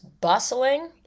bustling